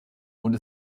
und